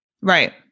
Right